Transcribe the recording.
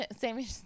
Sammy